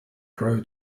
grow